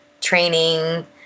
training